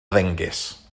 ddengys